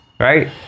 Right